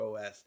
OS